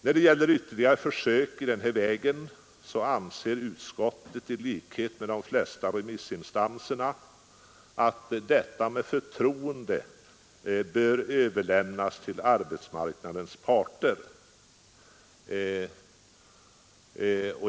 När det gäller ytterligare försök i den vägen anser utskottet i likhet med de flesta remissinstanserna att detta med förtroende bör överlämnas till arbetsmarknadens parter.